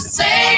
say